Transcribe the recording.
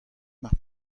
mar